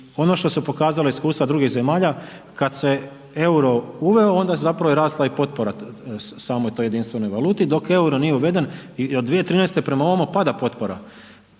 ono što su pokazala iskustva drugih zemalja kada se euro uveo onda je zapravo i rasla potpora samoj toj jedinstvenoj valuti dok euro nije uveden i od 2013. prema ovamo pada potpora.